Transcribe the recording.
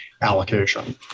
allocation